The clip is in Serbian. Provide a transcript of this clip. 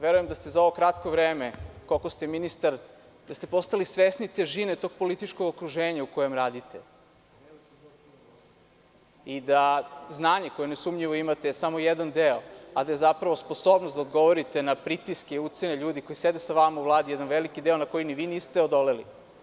Verujem da ste za ovo kratko vreme koliko ste ministar, da ste postali svesni težine tog političkog okruženja u kojem radite i da je znanje koje nesumnjivo imate samo jedan deo, a da je zapravo sposobnost da odgovorite na pritiske i ucene ljudi koji sede sa vama u Vladi jedan veliki deo na koji ni vi niste odoleli.